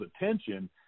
attention